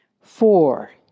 Four